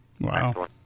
Wow